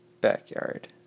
Backyard